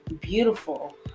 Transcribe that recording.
beautiful